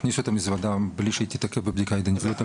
תכניסו את המזוודה בלי שהיא תתעכב בבדיקה ידנית.